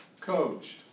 coached